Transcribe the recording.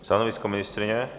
Stanovisko ministryně?